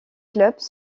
clubs